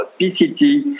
PCT